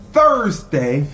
Thursday